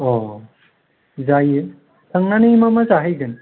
औ औ जायो थांनानै मा मा जाहैगोन